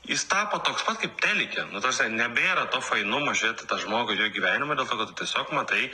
jis tapo toks pat kaip telike nu ta prasme nebėra to fainumo žiūrėt į tą žmogų ir jo gyvenimą dėl to kad tu tiesiog matai